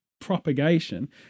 propagation